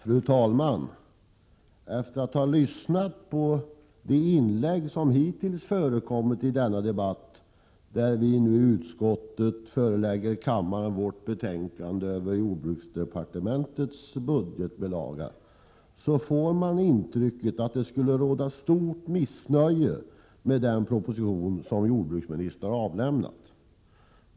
Fru talman! Efter att ha lyssnat på de inlägg som hittills förekommit i denna debatt om utskottets betänkande över jordbruksdepartementets budgetbilaga, får man intrycket att det skulle råda stort missnöje med den proposition som jordbruksministern har avlämnat.